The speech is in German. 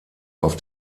auf